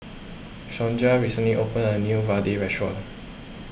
Sonja recently opened a new Vadai restaurant